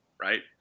right